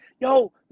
yo